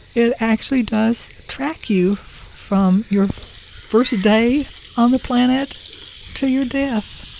it actually does track you from your first day on the planet to your death